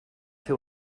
fer